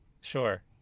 sure